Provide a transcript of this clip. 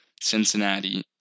Cincinnati